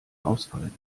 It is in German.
ausfallen